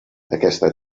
aquesta